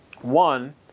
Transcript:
One